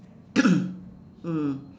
mm